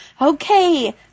Okay